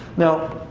now,